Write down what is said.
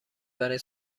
برای